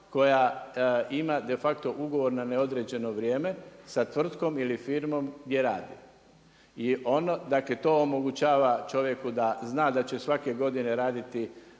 koja ima de facto ugovor na neodređeno vrijeme sa tvrtkom ili firmom gdje radi. I ono, dakle to omogućava čovjeku da zna da će svake godine raditi